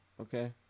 Okay